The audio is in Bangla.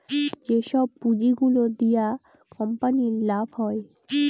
যেসব পুঁজি গুলো দিয়া কোম্পানির লাভ হয়